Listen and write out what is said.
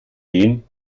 den